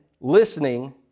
listening